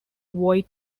void